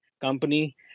company